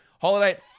Holiday